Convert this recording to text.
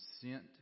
sent